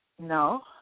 No